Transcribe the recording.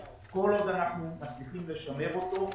כל עוד אנחנו מצליחים לשמר אותו,